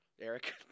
Eric